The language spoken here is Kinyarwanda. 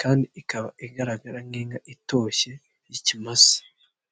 kandi ikaba igaragara nk'inka itoshye y'ikimasa.